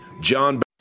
john